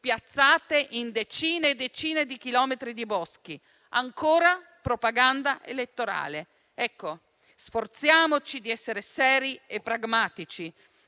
piazzate in decine e decine di chilometri di boschi. Ancora propaganda elettorale. Ecco, sforziamoci di essere seri e pragmatici,